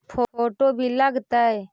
Photo भी लग तै?